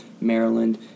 Maryland